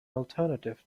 alternative